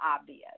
Obvious